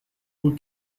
were